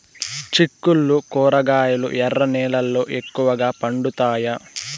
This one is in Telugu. చిక్కుళ్లు కూరగాయలు ఎర్ర నేలల్లో ఎక్కువగా పండుతాయా